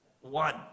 One